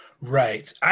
Right